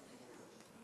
אני.